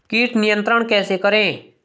कीट नियंत्रण कैसे करें?